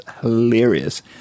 hilarious